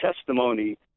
testimony